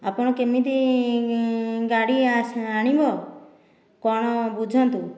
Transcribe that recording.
ଆପଣ କେମିତି ଗାଡ଼ି ଆଣିବ କ'ଣ ବୁଝନ୍ତୁ